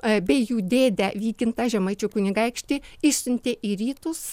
abiejų dėdę vykintą žemaičių kunigaikštį išsiuntė į rytus